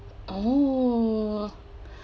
oh